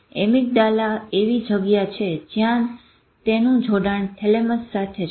amygdala એવી જગ્યાએ છે જ્યાં તેનું જોડાણ થેલેમસ સાથે છે